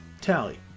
tally